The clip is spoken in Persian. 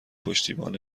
پشتیبان